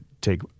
take